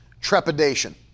trepidation